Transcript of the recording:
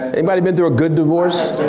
anybody been through a good divorce?